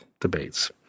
debates